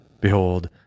Behold